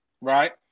right